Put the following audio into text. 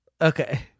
Okay